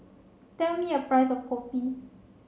tell me a price of Kopi